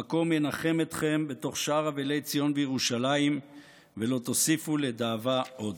המקום ינחם אתכם בתוך שאר אבלי ציון וירושלים ולא תוסיפו לדאבה עוד.